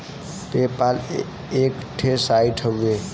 पे पाल एक ठे साइट हउवे